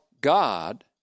God